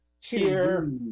Cheers